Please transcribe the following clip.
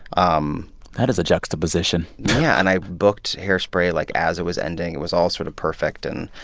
um that is a juxtaposition yeah. and i booked hairspray, like, as it was ending. it was all sort of perfect. and,